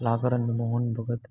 कलाकारनि में मोहन भॻति